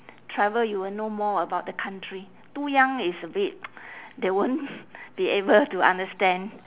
travel you will know more about the country too young is a bit they won't be able to understand